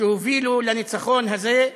שהובילו לניצחון הזה,